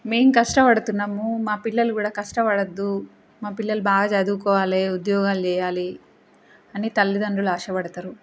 మేము కష్టపడుతున్నాము మా పిల్లలు కూడా కష్టపడవద్దు మా పిల్లలు బాగా చదువుకోవాలి ఉద్యోగాలు చేయాలి అని తల్లిదండ్రులు ఆశ పడతారు